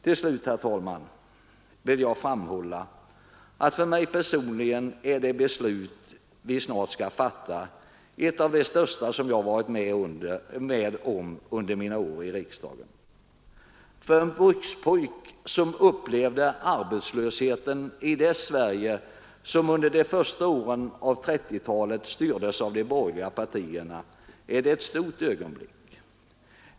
Till slut, herr talman, vill jag framhålla att för mig personligen är det beslut som vi snart skall fatta ett av de största som jag har varit med om under mina år i riksdagen. För en brukspojke, som upplevde arbetslösheten i det Sverige som under de första åren av 1930-talet styrdes av de borgerliga partierna, är det ett stort ögonblick.